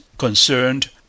concerned